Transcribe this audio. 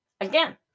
Again